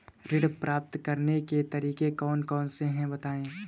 ऋण प्राप्त करने के तरीके कौन कौन से हैं बताएँ?